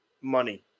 money